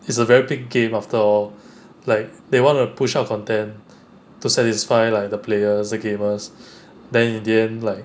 it's a very big game after all like they want to push out content to satisfy like the players the gamers then you didn't like